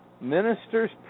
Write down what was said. Ministers